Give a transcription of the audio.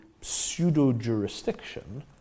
pseudo-jurisdiction